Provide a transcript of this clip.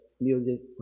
music